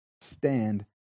stand